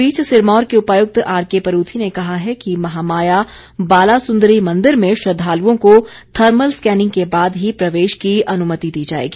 इस बीच सिरमौर के उपायुक्त आर के परूथी ने कहा है कि महामाया बालासुंदरी मंदिर में श्रद्वालुओं को थर्मल स्कैनिंग के बाद ही प्रवेश की अनुमति दी जाएगी